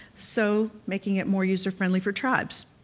so, making it more user-friendly for tribes.